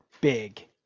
big